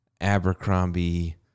Abercrombie